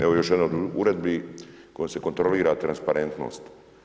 Evo još jednom o uredbi kojom se kontrolira transparentnost.